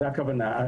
זו הכוונה.